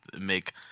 Make